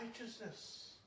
righteousness